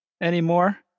anymore